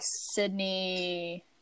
Sydney